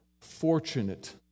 fortunate